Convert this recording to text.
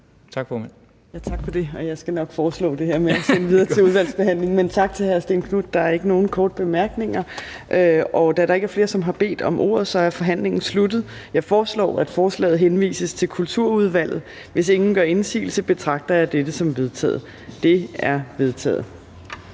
Tak for det. Og jeg skal nok foreslå det her med at sende det videre til udvalgsbehandling. Men tak til hr. Stén Knuth. Der er ikke nogen korte bemærkninger. Da der ikke er flere, som har bedt om ordet, er forhandlingen sluttet. Jeg foreslår, at forslaget til folketingsbeslutning henvises til Kulturudvalget. Hvis ingen gør indsigelse, betragter jeg dette som vedtaget. Det er vedtaget.